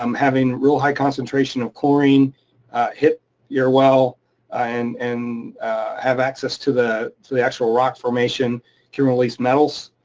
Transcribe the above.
um having real high concentration of chlorine hit your well and and have access to the the actual rock formation can release metals.